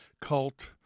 cult